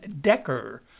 Decker